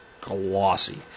glossy